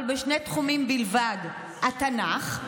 אבל בשני תחומים בלבד: התנ"ך,